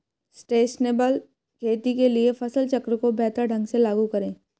sustainable खेती के लिए फसल चक्र को बेहतर ढंग से लागू करें